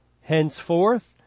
Henceforth